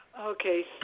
Okay